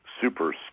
super